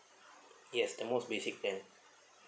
yes the most basic plan